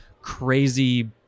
crazy